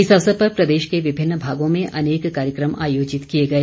इस अवसर पर प्रदेश के विभिन्न भागों में अनेक कार्यक्रम आयोजित किए गए